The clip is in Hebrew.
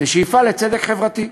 ושאיפה לצדק חברתי.